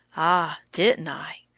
ah! didn't i?